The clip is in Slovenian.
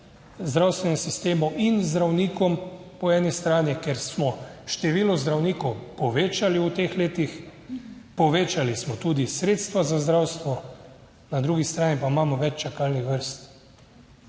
zdravstvenem sistemu in zdravnikom, po eni strani, ker smo število zdravnikov povečali v teh letih, povečali smo tudi sredstva za zdravstvo, na drugi strani pa imamo več čakalnih vrst.